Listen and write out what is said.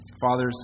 Fathers